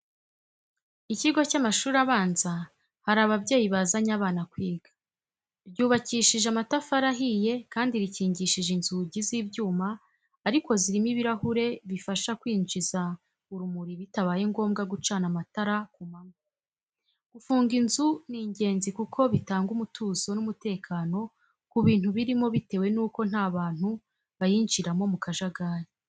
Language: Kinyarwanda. Ikigo cy'amashuri abanza hari ababyeyi bazanye abana kwiga. Ryubakishije amatafari ahiye kandi rikingishije inzugi z'ibyuma ariko zirimo ibirahure bifasha kwinjiza urumuri bitabaye ngombwa gucana amatara ku manywa. Gufunga inzu ni ingenzi kuko bitanga umutuzo n'umutekano ku bintu birimo bitewe nuko nta bantu bayinjiramo mu kajagari.